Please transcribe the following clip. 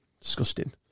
Disgusting